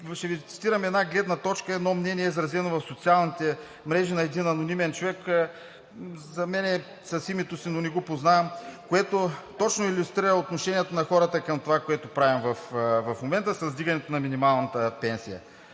Ще Ви цитирам една гледна точка и едно мнение, изразено в социалните мрежи на един анонимен човек – за мен е с името си, но не го познавам, което точно илюстрира отношението на хората към това, което правим в момента с вдигането на минималната пенсия.